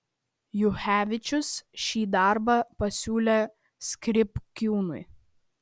juchevičius šį darbą pasiūlė skripkiūnui